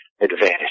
advantage